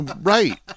Right